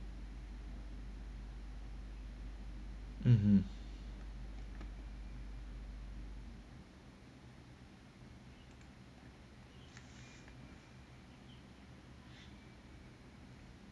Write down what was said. mmhmm